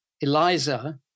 Eliza